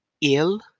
ill